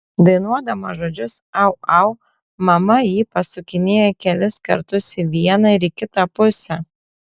dainuodama žodžius au au mama jį pasukinėja kelis kartus į vieną ir į kitą pusę